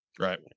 Right